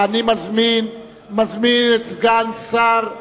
אני מזמין את סגן שר האוצר,